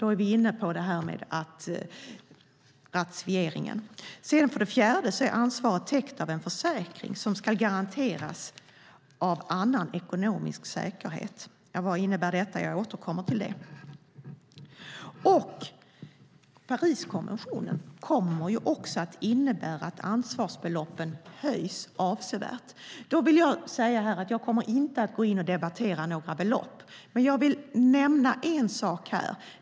Då är vi inne på ratificeringen. För det fjärde är ansvaret täckt av en försäkring som ska garanteras av annan ekonomisk säkerhet. Vad innebär det? Jag återkommer till det. Pariskonventionen kommer också att innebära att ansvarsbeloppen höjs avsevärt. Jag kommer inte att debattera några belopp, men jag vill nämna en sak här.